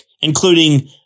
including